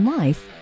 life